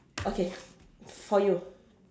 okay for you